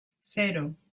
cero